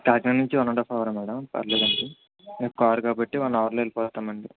కాకినాడ నుంచి one and half అవరా madam పర్వాలేదండి మీరు కార్ కాబట్టి వన్ అవర్లో వెళ్ళిపోతాము అండి